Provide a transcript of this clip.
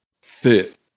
fit